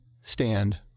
stand